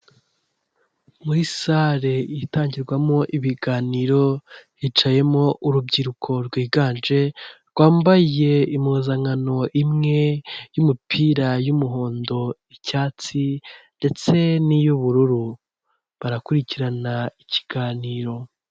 Muri sare itangirwamo ibiganiro, hicayemo urubyiruko rwiganje, rwambaye impuzankano imwe y'umupira y'umuhondo, icyatsi ndetse n'iy'ubururu. Barakurikirana ikiganiro.